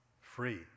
free